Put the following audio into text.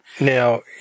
now